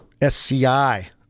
SCI